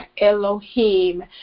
Elohim